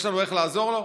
יש לנו איך לעזור לו?